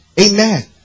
Amen